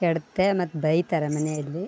ಕೆಡತ್ತೆ ಮತ್ತು ಬೈತಾರೆ ಮನೆಯಲ್ಲಿ